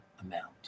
amount